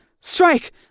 Strike